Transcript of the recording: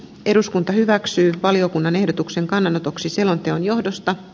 eduskunta hyväksyy valiokunnan ehdotuksen kannanotoksi selonteon johdosta